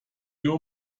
you